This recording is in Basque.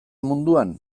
munduan